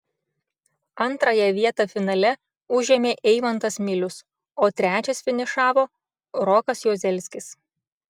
antrąją vietą finale užėmė eimantas milius o trečias finišavo rokas juozelskis